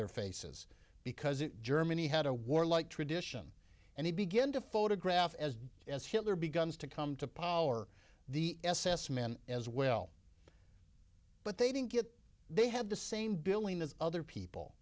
their faces because germany had a warlike tradition and he began to photograph as as hitler begun to come to power the s s men as well but they didn't get they had the same billing as other people